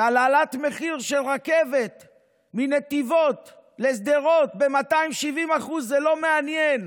בהעלאת מחיר של רכבת מנתיבות לשדרות ב-270% זה לא מעניין,